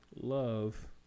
love